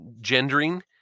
gendering